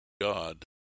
God